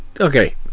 okay